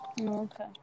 Okay